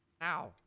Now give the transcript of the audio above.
Now